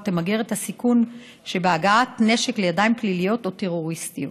תמגר את הסיכון שבהגעת נשק לידיים פליליות או טרוריסטיות.